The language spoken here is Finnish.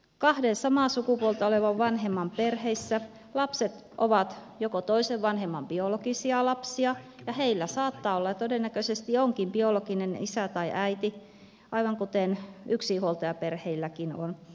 kahden samaa sukupuolta olevan vanhemman perheissä lapset ovat toisen vanhemman biologisia lapsia ja heillä saattaa olla ja todennäköisesti onkin biologinen isä tai äiti aivan kuten yksinhuoltajaperheitten lapsillakin on